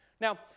Now